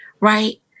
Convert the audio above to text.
right